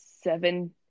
seven